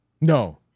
no